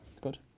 Good